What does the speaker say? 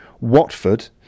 Watford